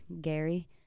Gary